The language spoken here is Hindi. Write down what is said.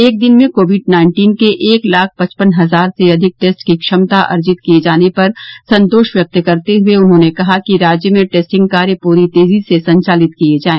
एक दिन में कोविड नाइन्टीन के एक लाख पचपन हजार से अधिक टेस्ट की क्षमता अर्जित किए जाने पर संतोष व्यक्त करते हुए उन्होंने कहा कि राज्य में टेस्टिंग कार्य पूरी तेजी से संचालित किया जाए